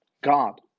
God